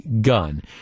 gun